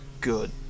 good